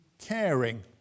caring